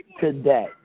today